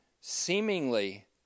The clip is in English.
seemingly